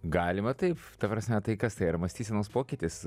galima taip ta prasme tai kas tai yra mąstysenos pokytis